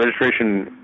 registration